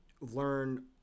learn